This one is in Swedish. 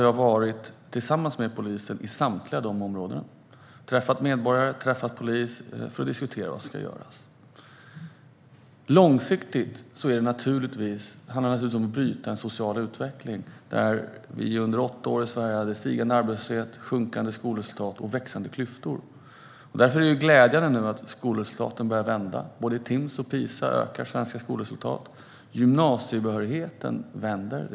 Jag har tillsammans med polisen varit i samtliga 14 särskilt utsatta områden och träffat medborgare och poliser för att diskutera vad som kan göras. Långsiktigt handlar det naturligtvis om att bryta en social utveckling. Under åtta år hade vi i Sverige en stigande arbetslöshet, sjunkande skolresultat och växande klyftor. Därför är det glädjande att skolresultaten nu börjar vända. I både Timss och PISA ökar de svenska skolresultaten. Gymnasiebehörigheten vänder.